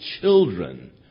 children